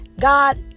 God